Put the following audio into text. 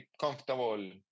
comfortable